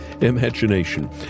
imagination